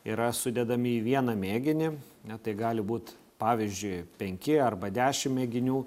yra sudedami į vieną mėginį na tai gali būt pavyzdžiui penki arba dešimt mėginių